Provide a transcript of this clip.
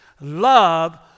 love